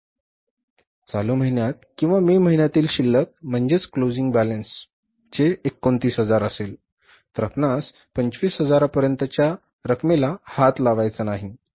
याचा अर्थ असा की चालू महिन्यात किंवा मे महिन्यातील शिल्लक म्हणजेच क्लोजिंग बॅलन्स 29000 असेल तर आपणास पंचवीस हजारांपर्यंत च्या रकमेला हात लावायचा नाही